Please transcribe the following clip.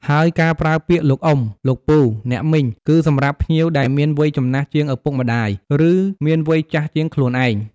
ហើយការប្រើពាក្យ លោកអ៊ុំ លោកពូ អ្នកមីង គឺសម្រាប់ភ្ញៀវដែលមានវ័យចំណាស់ជាងឪពុកម្តាយ ឬមានវ័យចាស់ជាងខ្លួនឯង។